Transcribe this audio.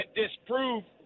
disprove